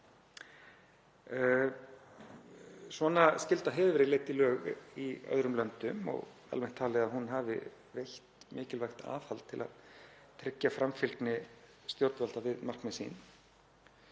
Svona skylda hefur verið leidd í lög í öðrum löndum og almennt talið að hún hafi veitt mikilvægt aðhald til að tryggja framfylgni stjórnvalda við markmið sín.